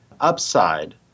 upside